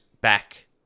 back